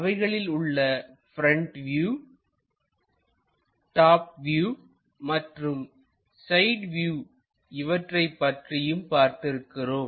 அவைகளில் உள்ள front view top view மற்றும் சைட் வியூ இவற்றைப் பற்றியும் பார்த்திருக்கிறோம்